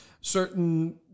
Certain